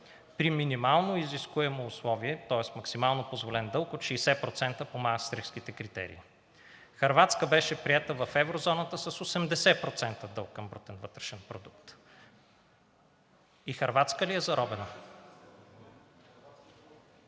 при минимално изискуемо условие, тоест максимално позволен дълг от 60% по Маастрихтските критерии. Хърватска беше приета в еврозоната с 80% дълг към брутен вътрешен продукт. И Хърватска ли е заробена?!